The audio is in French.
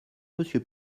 monsieur